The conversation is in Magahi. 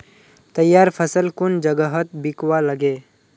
तैयार फसल कुन जगहत बिकवा लगे?